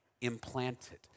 implanted